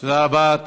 תודה רבה.